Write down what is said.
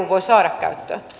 voi saada käyttöön